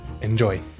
Enjoy